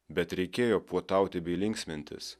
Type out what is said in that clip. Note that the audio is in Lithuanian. bet reikėjo puotauti bei linksmintis